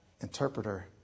interpreter